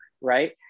right